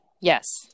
Yes